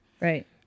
Right